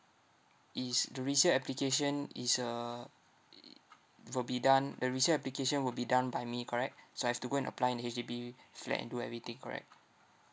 is the resale application is a will be done the resale application will be done by me correct so I've to go and apply an H_D_B flat and do everything correct